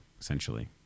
essentially